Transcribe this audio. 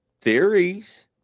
theories